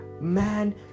man